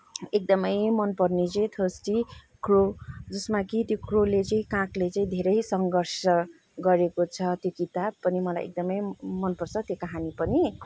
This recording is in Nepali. एकदमै मनपर्ने चाहिँ थर्स्टी क्रो जसमा चाहिँ त्यो क्रोले चाहिँ कागले धेरै सङ्घर्ष गरेको छ त्यो किताब पनि मलाई एकदमै मनपर्छ त्यो कहानी पनि